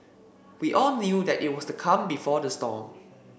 we all knew that it was the calm before the storm